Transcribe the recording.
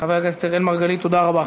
חבר הכנסת אראל מרגלית, תודה רבה.